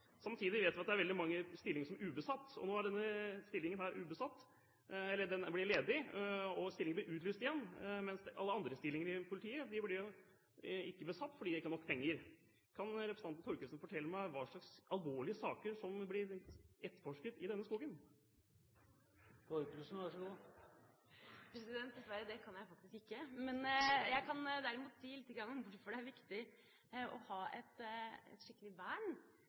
Samtidig vet vi at det er veldig mange stillinger som er ubesatt. Nå er denne stillingen ubesatt, den blir ledig. Stillingen blir utlyst igjen, mens alle andre stillinger i politiet ikke blir besatt fordi det ikke er nok penger. Kan representanten Thorkildsen fortelle meg hva slags alvorlige saker som blir etterforsket i denne skogen? Dessverre, det kan jeg faktisk ikke. Jeg kan derimot si litt om hvorfor det er viktig å ha et skikkelig vern